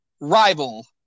rival